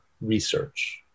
research